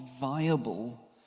viable